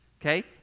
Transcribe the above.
okay